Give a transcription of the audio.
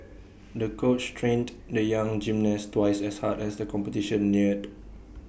the coach trained the young gymnast twice as hard as the competition neared